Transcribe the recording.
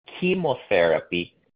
chemotherapy